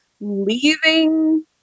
leaving